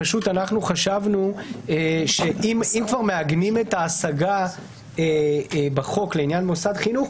פשוט חשבנו שאם כבר מעגנים את ההשגה בחוק לעניין מוסד חינוך,